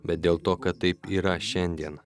bet dėl to kad taip yra šiandien